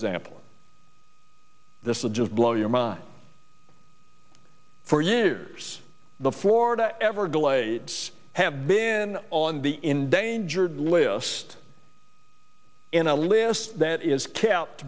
example this would just blow your mind for years the florida everglades have been on the endangered list in a list that is kept